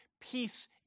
peace